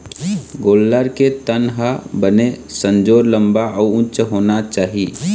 गोल्लर के तन ह बने संजोर, लंबा अउ उच्च होना चाही